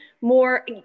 more